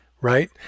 right